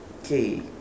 okay